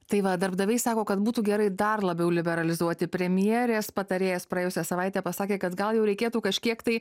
tai va darbdaviai sako kad būtų gerai dar labiau liberalizuoti premjerės patarėjas praėjusią savaitę pasakė kad gal jau reikėtų kažkiek tai